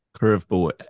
curveball